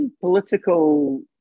political